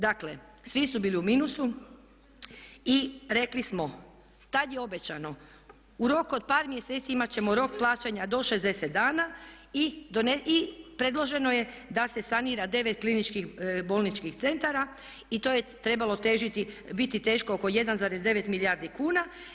Dakle, svi su bili u minusu i rekli smo tad je obećano u roku od par mjeseci imat ćemo rok plaćanja do 60 dana i predloženo je da se sanira 9 kliničkih bolničkih centara i to je trebalo težiti, biti teško oko 1,9 milijardi kuna.